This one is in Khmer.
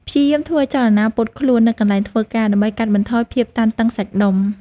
ព្យាយាមធ្វើចលនាពត់ខ្លួននៅកន្លែងធ្វើការ ដើម្បីកាត់បន្ថយភាពតានតឹងសាច់ដុំ។